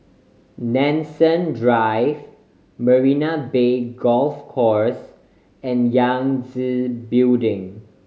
Nanson Drive Marina Bay Golf Course and Yangtze Building